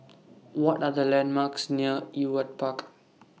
What Are The landmarks near Ewart Park